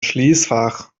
schließfach